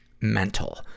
mental